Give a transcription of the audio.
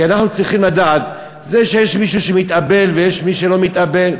כי אנחנו צריכים לדעת: זה שיש מישהו שמתאבל ויש מי שלא מתאבל,